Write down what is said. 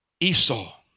Esau